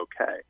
okay